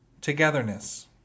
togetherness